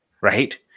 right